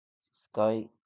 sky